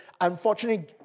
unfortunately